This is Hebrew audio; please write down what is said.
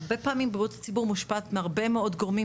הרבה פעמים בריאות הציבור מושפעת מהרבה מאוד גורמים,